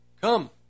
come